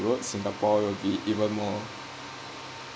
road singapore will be even more